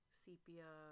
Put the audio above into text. sepia